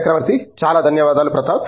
చక్రవర్తి చాలా ధన్యవాదాలు ప్రతాప్